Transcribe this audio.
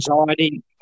anxiety